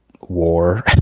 war